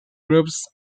groups